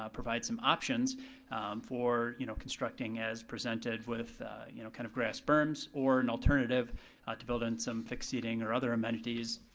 ah provide some options for, you know, constructing as presented with you know kind of grass berms or an alternative to build on some fixed seating or other amenities.